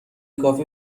کافی